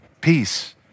Peace